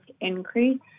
increase